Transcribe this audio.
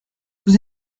vous